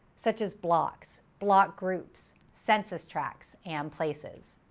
such as blocks, block groups, census tracts, and places.